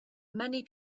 many